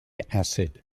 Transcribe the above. acid